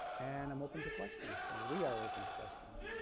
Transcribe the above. and i'm open to questions, or we are open to questions.